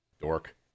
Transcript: Dork